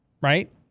right